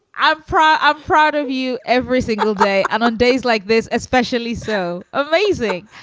i'm proud. i'm proud of you. every single day. and on days like this, especially so amazing.